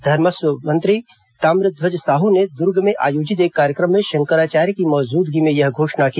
धर्मस्व मंत्री ताम्रध्वज साहू ने दुर्ग में आयोजित एक कार्यक्रम में शंकराचार्य की मौजूदगी में यह घोषणा की